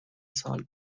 سال